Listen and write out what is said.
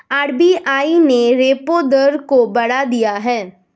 RBI ने repo दर को बढ़ा दिया है